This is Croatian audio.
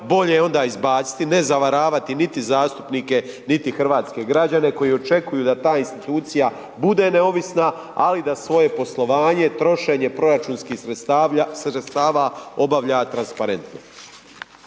bolje je onda izbaciti, ne zavaravati niti zastupnike, niti hrvatske građane koji očekuju da ta institucija bude neovisna, ali da svoje poslovanje, trošenje proračunskih sredstava obavlja transparentno.